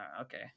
okay